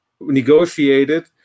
negotiated